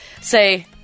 say